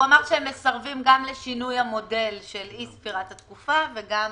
הוא אמר שהם מסרבים גם לשינוי המודל של אי ספירת התקופה וגם